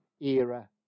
era